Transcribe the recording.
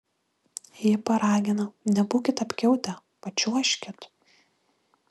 ji paragina nebūkit apkiautę pačiuožkit